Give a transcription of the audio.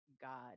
God